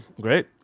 Great